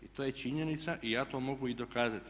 I to je činjenica i ja to mogu i dokazati.